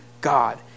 God